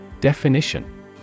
DEFINITION